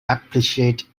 appreciate